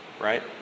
Right